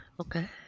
Okay